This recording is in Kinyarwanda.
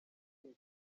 iri